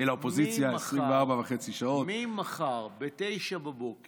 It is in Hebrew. ממחר ב-09:00